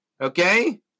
Okay